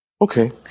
Okay